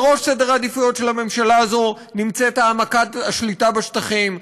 בראש סדר העדיפויות של הממשלה הזאת נמצאת העמקת השליטה בשטחים.